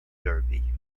derby